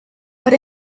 but